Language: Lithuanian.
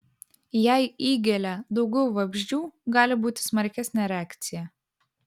jei įgelia daugiau vabzdžių gali būti smarkesnė reakcija